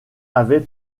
avait